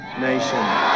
nation